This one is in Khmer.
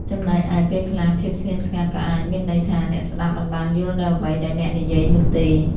ចំណែកឯ ពេលខ្លះ ភាពស្ងៀមស្ងាត់ក៏អាចមានន័យថាអ្នកស្តាប់មិនបានយល់នូវអ្វីដែលអ្នកនិយាយនោះទេ។